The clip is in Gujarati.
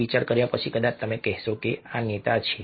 થોડો વિચાર કર્યા પછી કદાચ તમે કહેશો કે આ નેતા છે